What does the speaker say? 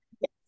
yes